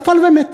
נפל ומת.